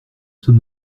son